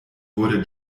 wurde